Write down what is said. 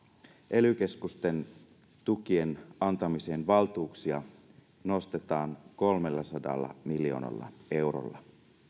ely keskusten tukien antamisen valtuuksia nostetaan kolmellasadalla miljoonalla eurolla